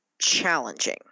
Challenging